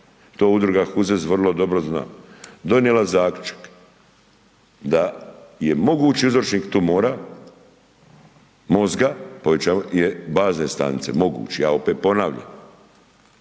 to Udruga HUZEZ vrlo dobro zna, donijela zaključak, da je mogući uzročnik tumora mozga je bazne stanice, mogući, ja opet ponavljam